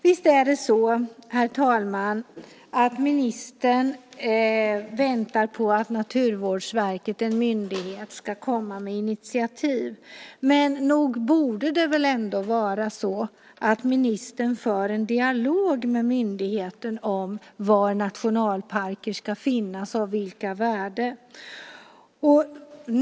Visst ska ministern vänta på att Naturvårdsverket, en myndighet, kommer med initiativ. Men nog borde ministern föra en dialog med myndigheten om var nationalparker ska finnas och av vilka värden.